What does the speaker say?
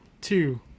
two